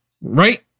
Right